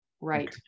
Right